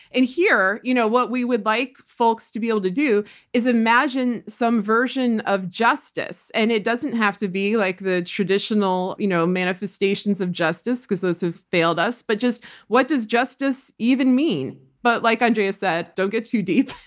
and here, you know what we would like folks to be able to do is imagine some version of justice. and it doesn't have to be like the traditional you know manifestations of justice because those have failed us, but just what does justice even mean. but like andrea said, don't get too deep.